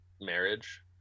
marriage